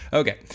okay